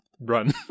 run